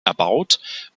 erbaut